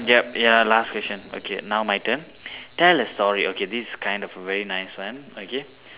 yup ya last question okay now my turn tell a story okay this is kind of a very nice one okay